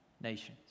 nations